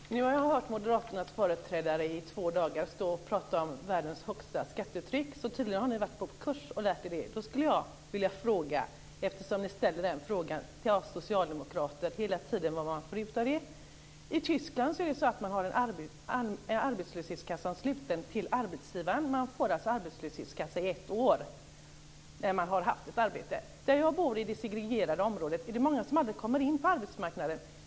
Fru talman! Jag har nu hört Moderaternas företrädare i två dagar prata om världens högsta skattetryck. Ni har tydligen varit på kurs och lärt er detta. Eftersom ni hela tiden ställer frågor om detta till oss socialdemokrater, vill jag vända mig till er. I Tyskland är arbetslöshetskassan knuten till arbetsgivaren, och man får arbetslöshetsersättning i ett år efter det att man har haft ett arbete. I det segregerade område där jag bor kommer många aldrig in på arbetsmarknaden.